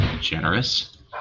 generous